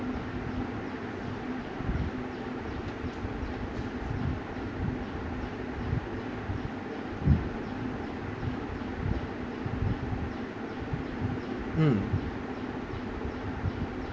mm